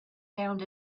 found